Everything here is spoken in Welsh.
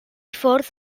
ffwrdd